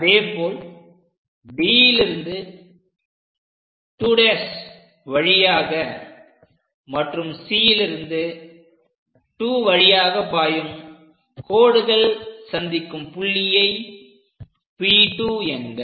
அதேபோல் Dலிருந்து 2' வழியாக மற்றும் Cலிருந்து 2 வழியாக பாயும் கோடுகள் சந்திக்கும் புள்ளியை P2 என்க